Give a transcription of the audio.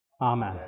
Amen